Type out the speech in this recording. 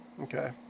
Okay